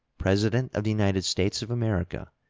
president of the united states of america,